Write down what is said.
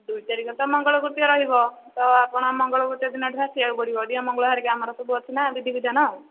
ଦୁଇ ତାରିଖ ତ ମଙ୍ଗଳକୃତ୍ୟ ରହିବ ତ ଆପଣଙ୍କୁ ମଙ୍ଗଳକୃତ୍ୟ ଦିନଠୁ ଆସିବାକୁ ପଡ଼ିବ ଦିଅଁ ମଙ୍ଗୁଳା ହେରିକା ଆମର ସବୁ ଅଛି ନା ବିଧି ବିଧାନ